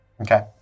Okay